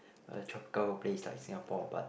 a tropical place like Singapore but